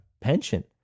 pension